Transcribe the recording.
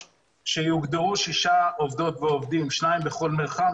שיוגדרו שישה עובדות ועובדים: שניים בכל מרחב,